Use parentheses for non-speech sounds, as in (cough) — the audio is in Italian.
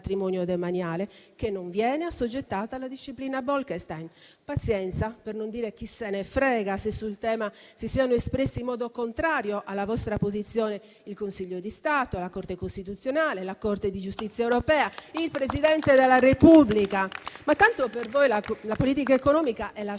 e non viene assoggettata alla disciplina Bolkenstein. Pazienza, per non dire chi se ne frega, se sul tema si siano espressi in modo contrario alla vostra posizione il Consiglio di Stato, la Corte costituzionale, la Corte di giustizia europea, il Presidente della Repubblica. (applause) Tanto per voi la politica economica è lasciar